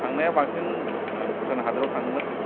थांनाया बांसिन भुटान हादोराव थाङोमोन